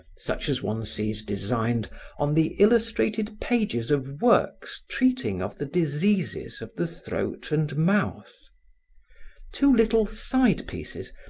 such as one sees designed on the illustrated pages of works treating of the diseases of the throat and mouth two little side-pieces,